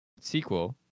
sequel